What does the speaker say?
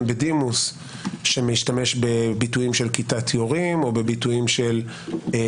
בדימוס שמשתמשים במושגים של כיתת יורים או של טנקים.